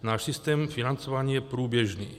Náš systém financování je průběžný.